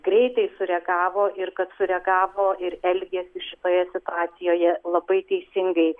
greitai sureagavo ir kad sureagavo ir elgiasi šitoje situacijoje labai teisingai